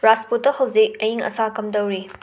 ꯔꯥꯖꯄꯨꯠꯇ ꯍꯧꯖꯤꯛ ꯑꯌꯤꯡ ꯑꯁꯥ ꯀꯝꯗꯧꯔꯤ